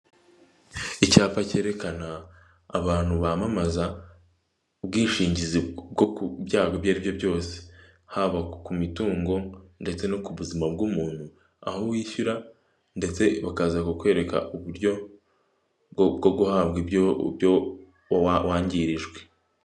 Icyapa cyerekana abantu bamamaza ubwishingizi bwo ku byago ibyo aribyo byose haba ku mitungo ndetse no ku buzima bw'umuntu aho wishyura ndetse bakaza kukwereka uburyo bwo guhabwa ibyo wangirijwe.